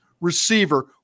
receiver